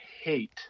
hate